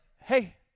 hey